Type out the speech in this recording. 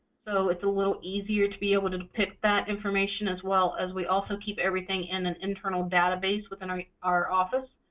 so it's a little easier to be able to pick that information, as well as we also keep everything in an internal database within our our office.